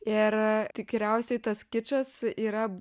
ir tikriausiai tas kičas yra